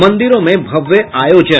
मंदिरों में भव्य आयोजन